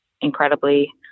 incredibly